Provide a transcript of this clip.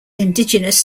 indigenous